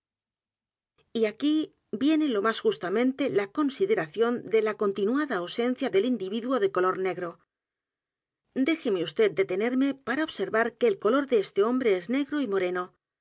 y aquí viene lo más justamente la consideración de la continuada ausencia del individuo de color n e g r o déjeme vd detenerme para observar que el color de este hombre es negro y moreno